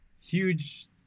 huge